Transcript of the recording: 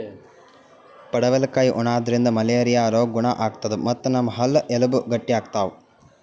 ಪಡವಲಕಾಯಿ ಉಣಾದ್ರಿನ್ದ ಮಲೇರಿಯಾ ರೋಗ್ ಗುಣ ಆತದ್ ಮತ್ತ್ ನಮ್ ಹಲ್ಲ ಎಲಬ್ ಗಟ್ಟಿ ಆತವ್